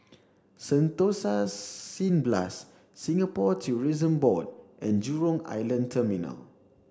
Sentosa Cineblast Singapore Tourism Board and Jurong Island Terminal